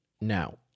Now